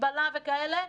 חיזבאללה וכאלה,